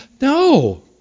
No